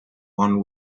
one